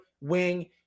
wing